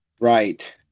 Right